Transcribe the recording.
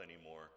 anymore